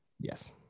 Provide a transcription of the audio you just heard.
Yes